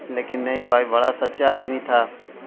لیکن نہیں بھائی بڑا سچا آدمی تھا